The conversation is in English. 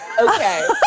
Okay